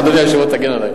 אדוני היושב-ראש, תגן עלי.